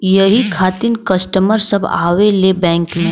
यही खातिन कस्टमर सब आवा ले बैंक मे?